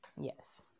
Yes